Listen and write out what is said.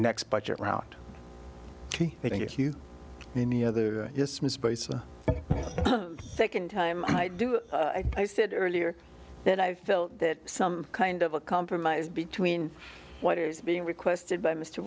next budget route thank you any other second time i said earlier that i felt that some kind of a compromise between what is being requested by mr